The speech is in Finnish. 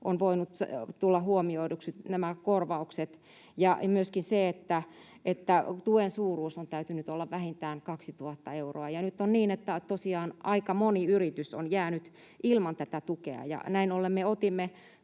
voinut tulla huomioiduksi näissä korvauksissa. Myöskin tuen suuruuden on täytynyt olla vähintään 2 000 euroa. Nyt on niin, että tosiaan aika moni yritys on jäänyt ilman tätä tukea. Näin ollen me otimme